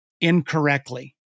incorrectly